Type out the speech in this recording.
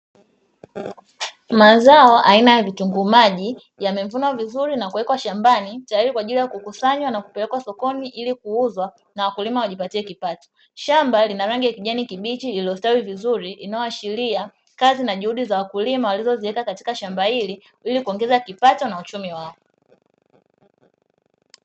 Mazao aina ya vitunguu maji yamevunwa vizuri na kuwekwa shambani tayari kwa ajili ya kukusanywa na kupelekwa sokoni ili kuuzwa na wakulima wajipatie kipato. Shamba lina arangi ya kijani kibichi iliyostawi vizuri linaloashiria kazi na juhudi za wakulima walizoziweka katika shamba hili ili kuongeza kipato na uchumi wao.